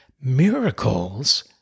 Miracles